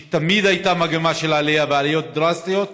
שבו תמיד הייתה מגמה של עלייה ועליות דרסטיות,